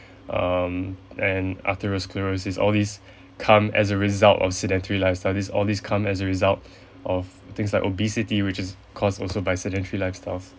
um and atherosclerosis all this come as a result of sedentary lifestyle this all this come as a result of things like obesity which is caused also by sedentary lifestyles